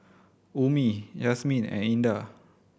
Ummi Yasmin and Indah